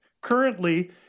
Currently